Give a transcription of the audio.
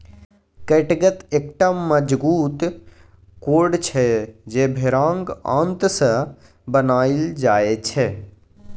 कैटगत एकटा मजगूत कोर्ड छै जे भेराक आंत सँ बनाएल जाइ छै